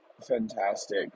fantastic